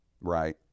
right